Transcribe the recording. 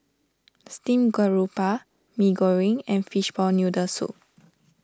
Steamed Garoupa Mee Goreng and Fishball Noodle Soup